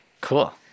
cool